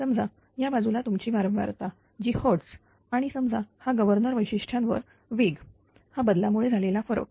समजा या बाजूला तुमची वारंवारता जी Hz आणि समजा हा गव्हर्नर वैशिष्ट्यांवर वेग हा बदलामुळे झालेला फरक